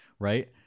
right